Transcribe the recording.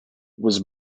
was